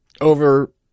over